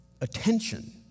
attention